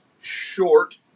short